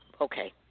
okay